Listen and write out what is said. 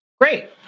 Great